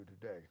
today